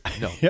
No